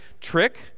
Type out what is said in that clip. trick